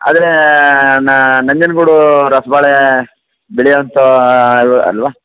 ಅದೇ ನಾ ನಂಜನಗೂಡು ರಸಬಾಳೆ ಬೆಳೆಯೋಂಥ ಇವರು ಅಲ್ಲವಾ